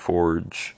Forge